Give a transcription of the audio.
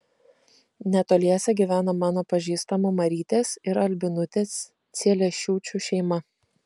netoliese gyveno mano pažįstamų marytės ir albinutės celiešiūčių šeima